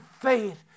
faith